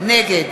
נגד